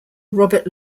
robert